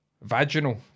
vaginal